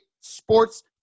sports